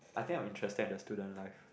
I think of interesting in the student life